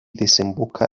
desemboca